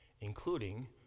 including